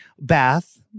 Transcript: Bath